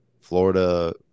Florida